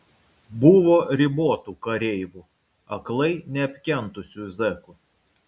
buvo ribotų kareivų aklai neapkentusių zekų